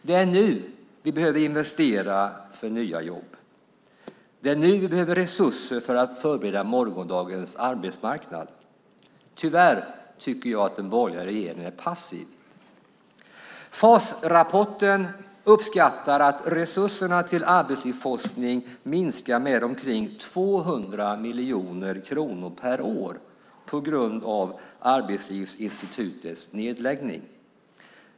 Det är nu vi behöver investera för nya jobb. Det är nu vi behöver resurser för att förbereda morgondagens arbetsmarknad. Tyvärr tycker jag att den borgerliga regeringen är passiv. FAS-rapporten uppskattar att resurserna till arbetslivsforskning minskar med omkring 200 miljoner kronor per år på grund av Arbetslivsinstitutets nedläggning.